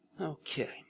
Okay